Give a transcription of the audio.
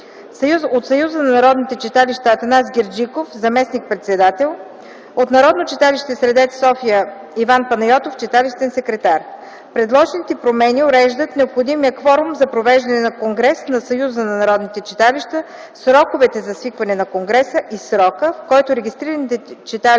- Съюза на народните читалища: Атанас Герджиков – заместник-председател; - Народно читалище „Средец” - София: Иван Панайотов – читалищен секретар. Предложените промени уреждат необходимия кворум за провеждане на конгрес на Съюза на народните читалища, сроковете за свикване на конгреса и срока, в който регистрираните читалища